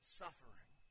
suffering